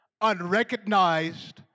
unrecognized